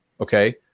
okay